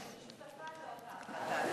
הייתי שותפה לאותה החלטה,